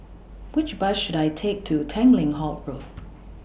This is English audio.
Which Bus should I Take to Tanglin Halt Road